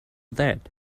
that